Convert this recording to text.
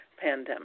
pandemic